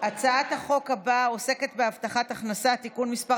הצעת חוק הבטחת הכנסה (תיקון מס'